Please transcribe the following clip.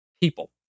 people